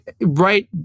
right